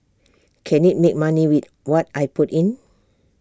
can IT make money with what I put in